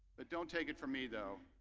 ah don't take it from me though.